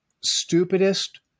stupidest